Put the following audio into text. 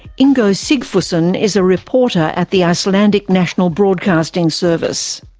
ingo sigfusson is a reporter at the icelandic national broadcasting service.